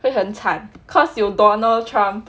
会很惨 cause 有 donald trump